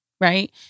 right